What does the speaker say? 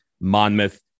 Monmouth